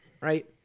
right